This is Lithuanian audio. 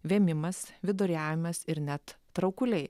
vėmimas viduriavimas ir net traukuliai